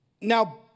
Now